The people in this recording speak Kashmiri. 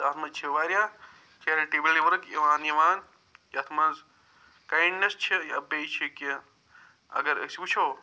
اَتھ منٛز چھِ وارِیاہ چیٚرِٹیبلٹلی ؤرک یِوان یِوان یَتھ منٛز کاینٛڈنٮ۪س چھِ یا بیٚیہِ چھِ کیٚنٛہہ اگر أسۍ وٕچھو